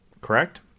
correct